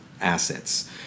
assets